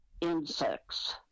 insects